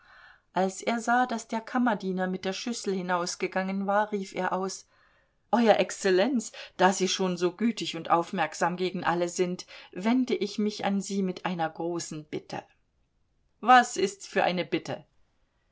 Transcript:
als er sah daß der kammerdiener mit der schüssel hinausgegangen war rief er aus euer exzellenz da sie schon so gütig und aufmerksam gegen alle sind wende ich mich an sie mit einer großen bitte was ist's für eine bitte